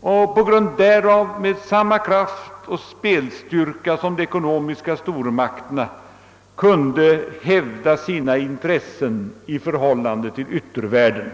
och på grund därav med samma kraft och speciella styrka som de ekonomiska stormakterna kunde hävda sina intressen i förhållande till yttervärlden.